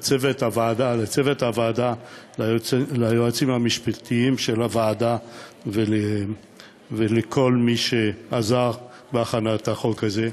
לצוות הוועדה וליועצים המשפטיים של הוועדה ולכל מי שעזר בהכנת החוק הזה.